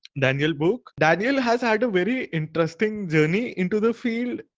daniel bourke. daniel has had a very interesting journey into the field,